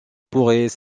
pourrait